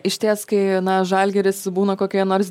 išties kai na žalgiris būna kokioje nors